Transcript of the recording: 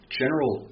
general